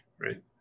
right